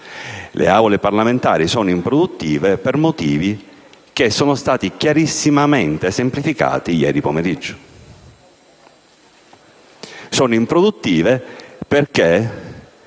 le Aule parlamentari sono improduttive per motivi che sono stati chiarissimamente esemplificati ieri pomeriggio. Sono improduttive perché